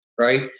right